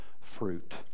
fruit